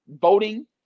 voting